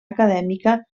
acadèmica